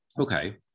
Okay